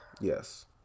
Yes